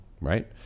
right